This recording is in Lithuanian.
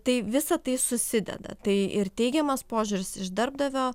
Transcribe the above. tai visa tai susideda tai ir teigiamas požiūris iš darbdavio